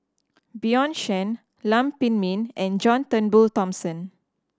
Bjorn Shen Lam Pin Min and John Turnbull Thomson